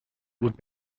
would